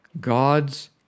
God's